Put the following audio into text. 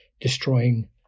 destroying